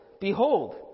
Behold